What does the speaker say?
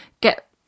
get